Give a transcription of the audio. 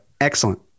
Excellent